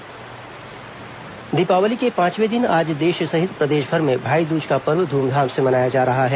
भाईदूज दीपावली के पांचवे दिन आज देश सहित प्रदेशभर में भाईदूज का पर्व धूमधाम से मनाया जा रहा है